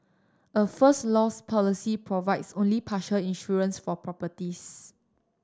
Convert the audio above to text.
a First Loss policy provides only partial insurance for properties